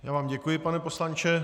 Já vám děkuji, pane poslanče.